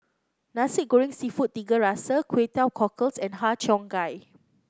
Nasi Goreng seafood Tiga Rasa Kway Teow Cockles and Har Cheong Gai